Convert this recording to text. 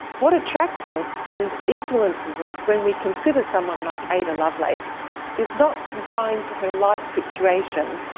what attracts us and influences us when we consider someone like ada lovelace is not confined to her life situation,